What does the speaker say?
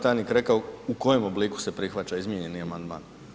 tajnik rekao u kojem obliku se prihvaća izmijenjeni amandman.